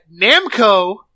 Namco